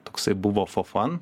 toksai buvo fo fan